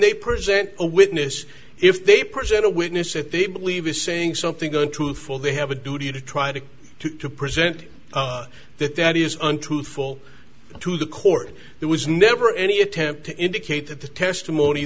they present a witness if they present a witness if they believe is saying something going to fall they have a duty to try to to to present that that is untruthful to the court that was never any attempt to indicate that the testimony